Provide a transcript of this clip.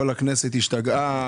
כל הכנסת השתגעה,